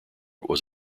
was